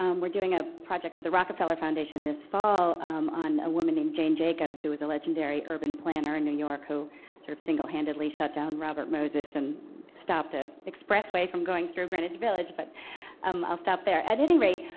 um we're doing a project with the rockefeller foundation this fall on a woman named jane jacobs who was a legendary urban planner in new york, who sort of single handedly shut down robert moses and stopped an ah expressway from going through greenwich village. but um i'll stop there. at any rate,